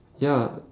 ya